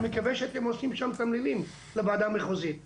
אני מקווה שאתם עושים לוועדה המחוזית תמלילים,